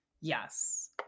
Yes